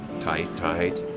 tight, tight,